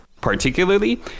particularly